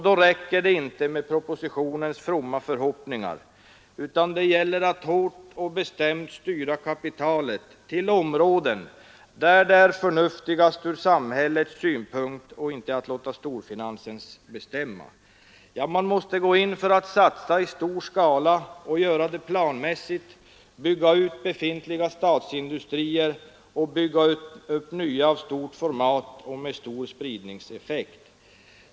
Då räcker det inte med propositionens fromma förhoppningar, utan det gäller att hårt och bestämt styra kapitalet till områden där det är förnuftigast ur samhällets synpunkt, och man får inte låta storfinansen bestämma. Man måste gå in för att satsa i stor skala och planmässigt för att bygga ut befintliga statsindustrier och bygga upp nya av stort format och med stor spridningseffekt.